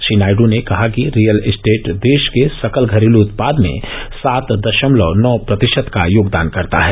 श्री नायड् ने कहाकि real estate देश के सकल घरेलू उत्पाद में सात दशमलव नौ प्रतिशत का योगदान करता है